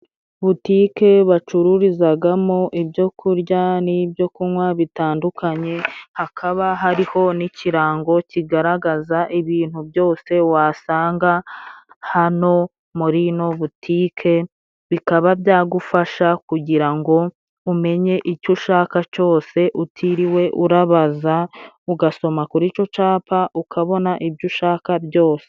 Butike bacururizagamo ibyo kurya n'ibyo kunywa bitandukanye, hakaba hariho n'ikirango kigaragaza ibintu byose wasanga hano muri ino butike, bikaba byagufasha kugira ngo umenye icyo ushaka cyose utiriwe urabaza ugasoma kuri ico capa ukabona ibyo ushaka byose.